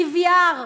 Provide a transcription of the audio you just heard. DVR,